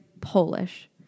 Polish